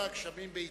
ונתת גשמים בעתם.